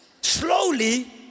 Slowly